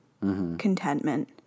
contentment